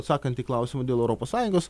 atsakant į klausimą dėl europos sąjungos